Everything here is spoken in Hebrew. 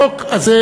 החוק הזה,